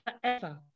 forever